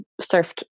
surfed